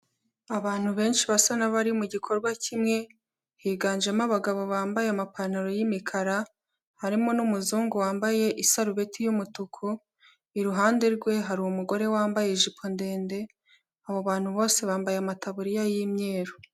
Abantu benshi basa n'abari mu gikorwa kimwe, higanjemo abagabo bambaye amapantaro y'imikara, harimo n'umuzungu wambaye isarubeti y'umutuku, iruhande rwe hari umugore wambaye ijipo ndende abo bantu bose bambaye amataburiya y'imyeru.